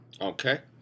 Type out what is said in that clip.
Okay